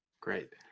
Great